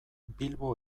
bilbo